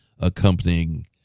accompanying